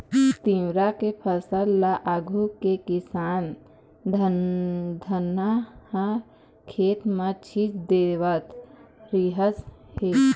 तिंवरा के फसल ल आघु के किसान धनहा खेत म छीच देवत रिहिस हे